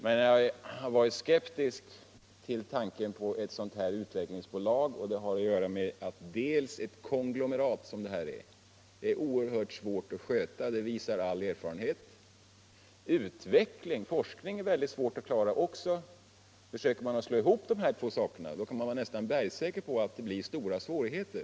Men jag har varit skeptisk till tanken på ett sådant här utvecklingsbolag. Det har att göra med att ett konglomerat som detta är oerhört svårt att sköta — det visar all erfarenhet. Utveckling och forskning är också någonting som är väldigt svårt att klara. Försöker man slå ihop dessa två saker kan man vara nästan bergsäker på att det blir stora svårigheter.